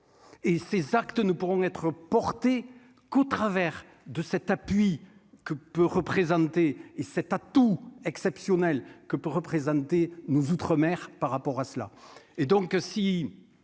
et ces actes ne pourront être portées qu'au travers de cet appui que peut représenter, et cet atout exceptionnel que peut représenter nous outre-mer par rapport à cela